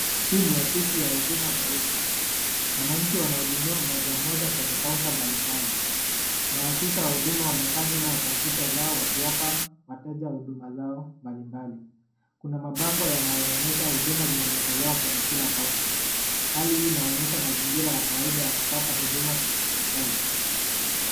Hii ni ofisi ya huduma za uma, mwananchi anahudumiwa moja moja kwenye counter mbalimbali . Maafisa wa huduma wamekaa nyuma ya computer zao wakiwapa wateja huduma zao mbalimbali. Kuna mabango yanayo onyesha huduma zinazotolewa kwenye kila counter .Hali hii inaonyesha mazingira ya kawaida ya kupata huduma za kiserkali.